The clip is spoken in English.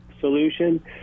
solution